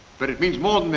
but it means more than that.